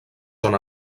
són